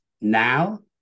now